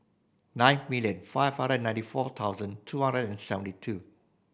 nine million five hundred and ninety four thousand two hundred and seventy two